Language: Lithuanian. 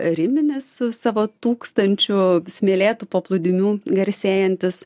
rimines su savo tūkstančiu smėlėtų paplūdimių garsėjantis